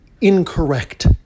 incorrect